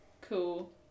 Cool